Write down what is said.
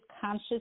conscious